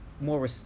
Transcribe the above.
more